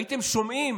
הייתם שומעים